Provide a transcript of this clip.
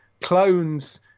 clones